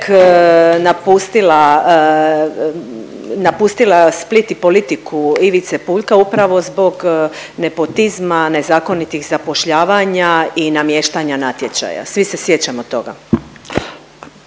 napustila Split i politiku Ivice Puljka upravo zbog nepotizma, nezakonitih zapošljavanja i namještanja natječaja, svi se sjećamo toga.